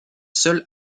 seul